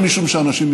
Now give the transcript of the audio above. אנחנו מקום ראשון,